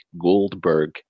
Goldberg